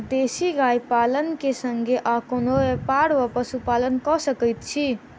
देसी गाय पालन केँ संगे आ कोनों व्यापार वा पशुपालन कऽ सकैत छी?